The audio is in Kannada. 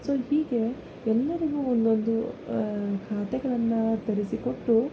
ಸೊ ಹೀಗೆ ಎಲ್ಲರಿಗೂ ಒಂದೊಂದು ಖಾತೆಗಳನ್ನು ತೆರೆಸಿಕೊಟ್ಟು